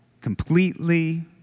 completely